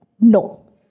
No